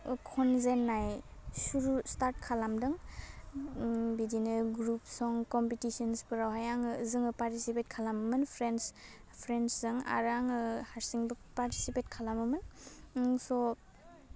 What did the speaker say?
ओह खनजेन्नाइ सुरु स्टार्ट खालामदों उम बिदिनो ग्रुब सं कम्पिटिशन्सफ्रावहाय आङो जोङो पार्टिसिपेट खालामोमोन फ्रेन्स फ्रेन्सजों आरो आङो हारसिंबो पार्टिसिपेट खालामोमोन उम सह